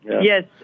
Yes